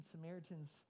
Samaritans